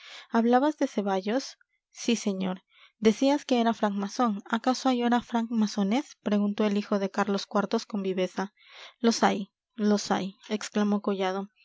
hablabas de ceballos sí señor decías que era franc masón acaso hay ahora franc masones preguntó el hijo de carlos iv con viveza los hay los hay exclamó collado